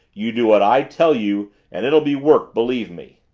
you do what i tell you and it'll be work, believe me!